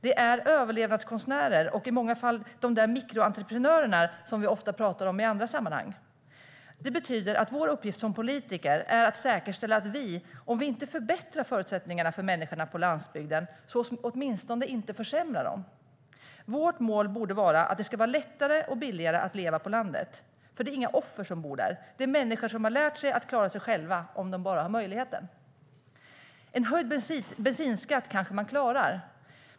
De är överlevnadskonstnärer och i många fall de där mikroentreprenörerna, som vi ofta pratar om i andra sammanhang. Det betyder att vår uppgift som politiker är att säkerställa att vi, även om vi inte förbättrar förutsättningarna för människor på landsbygden, åtminstone inte försämrar dem. Vårt mål borde vara att det ska vara lättare och billigare att leva på landet. Det är inga offer som bor där. Det är människor som har lärt sig att klara sig själva om de bara har möjligheten. En höjd bensinskatt kanske man klarar.